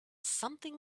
something